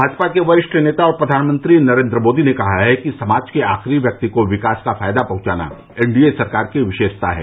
भाजपा के वरिष्ठ नेता और प्रधानमंत्री नरेंद्र मोदी ने कहा है कि समाज के आखिरी व्यक्ति को विकास का फायदा पहुंचाना एनडीए सरकार की विशेषता है